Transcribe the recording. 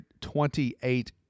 28